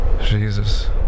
Jesus